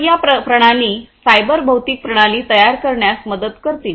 तर या प्रणाली सायबर भौतिक प्रणाली तयार करण्यात मदत करतील